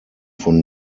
von